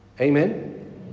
Amen